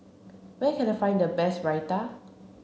where can I find the best Raita